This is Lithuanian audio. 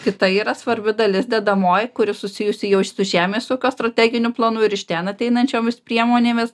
kita yra svarbi dalis dedamoji kuri susijusi jau ir su žemės ūkio strateginiu planu ir iš ten ateinančiomis priemonėmis